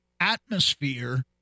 atmosphere